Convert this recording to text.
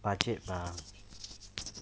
budget bah